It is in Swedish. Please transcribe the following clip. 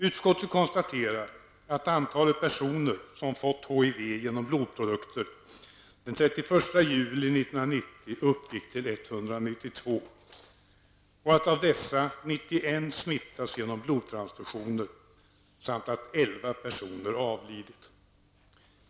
Utskottet konstaterar att antalet personer som fått HIV genom blodprodukter den 31 juli 1990 uppgick till 192. Av dessa har 91 personer smittats genom blodtransfusioner och 11 har avlidit.